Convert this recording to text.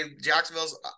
Jacksonville's